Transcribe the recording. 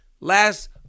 Last